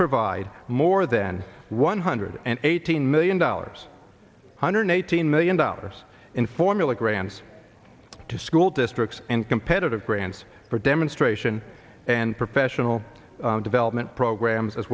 provide more than one hundred eighteen million dollars hundred eighteen million dollars in formula grants to school districts and competitive grants for demonstration and professional development programs as